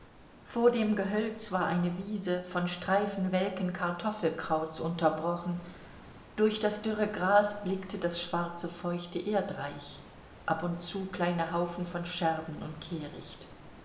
vor dem gehölz war eine wiese von streifen welken kartoffelkrauts unterbrochen durch das dünne gras blickte das schwarze feuchte erdreich ab und zu kleine haufen von scherben und kehricht